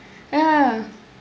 ah